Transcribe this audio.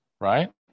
right